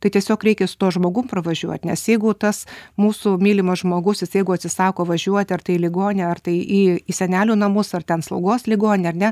tai tiesiog reikia su tuo žmogum pravažiuot nes jeigu tas mūsų mylimas žmogus jis jeigu atsisako važiuoti ar tai į ligoninę ar tai į į senelių namus ar ten slaugos ligoninę ar ne